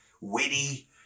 witty